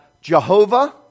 Jehovah